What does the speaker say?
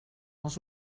els